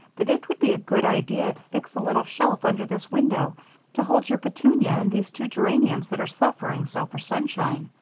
that it would be a good idea to fix a little shelf under this window to hold your petunia and these two geraniums that are suffering so for sunshine.